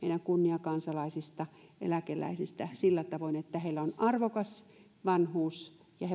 kunniakansalaisista eläkeläisistä sillä tavoin että heillä on arvokas vanhuus ja